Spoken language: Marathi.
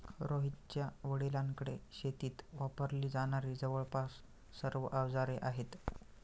रोहितच्या वडिलांकडे शेतीत वापरली जाणारी जवळपास सर्व अवजारे आहेत